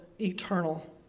eternal